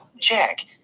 Jack